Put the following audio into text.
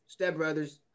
Stepbrothers